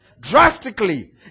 drastically